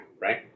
right